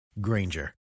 Granger